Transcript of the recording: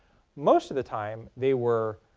most of the time they were